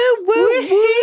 woo